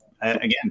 again